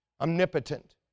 omnipotent